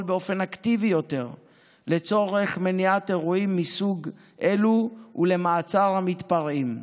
באופן אקטיבי יותר לצורך מניעת אירועים מסוג זה ולמעצר המתפרעים.